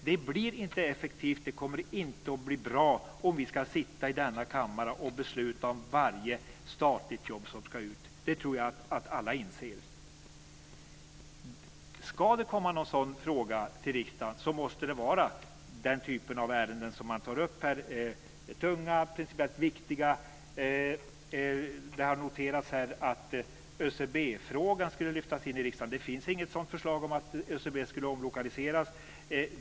Det blir inte effektivt, och det kommer inte att bli bra om vi ska sitta i denna kammare och besluta om varje statligt jobb som ska ut. Det tror jag att alla inser. Ska det komma en sådan fråga till riksdagen så måste det handla om den typ av ärenden som man tar upp här; det tunga, det principiellt viktiga. Det har noterats att ÖCB-frågan skulle lyftas in i riksdagen. Det finns inget förslag om omlokalisering av ÖCB.